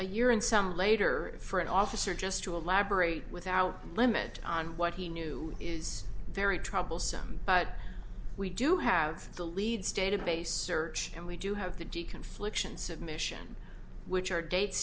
a year and some later for an officer just to elaborate without limit on what he knew is very troublesome but we do have the leeds database search and we do have the d confliction submission which are date